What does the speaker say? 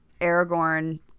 Aragorn